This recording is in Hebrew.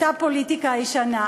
אותה פוליטיקה ישנה.